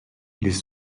les